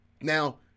Now